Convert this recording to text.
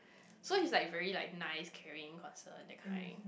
so he's like very like nice caring concerned that kind